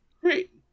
Great